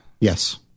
Yes